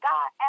God